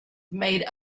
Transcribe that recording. made